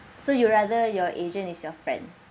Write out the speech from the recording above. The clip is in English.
so you rather your agent is your friend